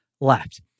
left